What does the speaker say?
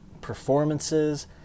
performances